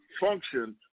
function